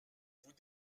vous